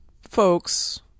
folks